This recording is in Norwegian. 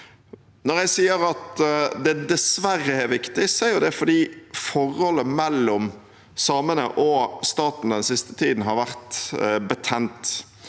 Når jeg sier at det «dessverre» er viktig, er det fordi forholdet mellom samene og staten den siste tiden har vært betent,